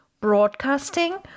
broadcasting